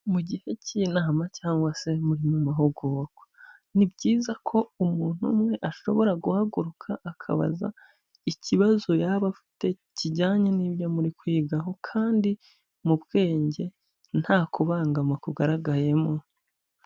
Mu gihe cy'inama cyangwa se muri mu mahugurwa, ni byiza ko umuntu umwe ashobora guhaguruka akabaza ikibazo yaba afite kijyanye n'ibyo muri kwigaho kandi mu bwenge nta kubangama kugaragayemo.